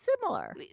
similar